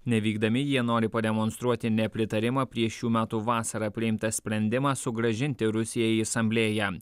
nevykdami jie nori pademonstruoti nepritarimą prieš šių metų vasarą priimtą sprendimą sugrąžinti rusiją į asamblėją